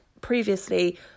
Previously